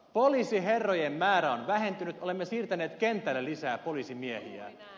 poliisiherrojen määrä on vähentynyt olemme siirtäneet kentälle lisää poliisimiehiä